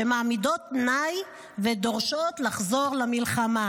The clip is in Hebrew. שמעמידות תנאי ודורשות לחזור למלחמה.